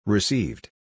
Received